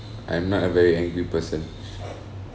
I'm not a very angry person